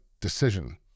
decision